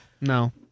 No